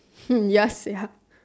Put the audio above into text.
hmm ya sia